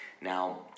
Now